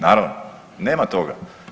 Naravno nema toga.